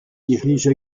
dirige